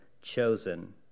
chosen